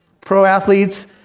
Pro-athletes